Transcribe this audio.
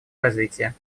развития